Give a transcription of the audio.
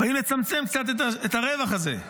אנחנו באים לצמצם קצת את הרווח הזה.